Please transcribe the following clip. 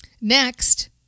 Next